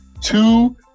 two